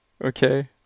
Okay